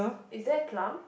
is there plum